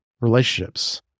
relationships